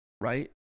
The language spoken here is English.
Right